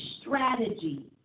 strategy